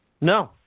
No